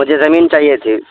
مجھے زمین چاہیے تھی